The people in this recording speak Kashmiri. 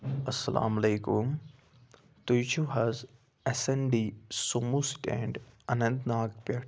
اَلسَلامُ علیکُم تُہۍ چھُو حظ S N D sumo stand Anantnag پٮ۪ٹھ